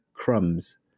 crumbs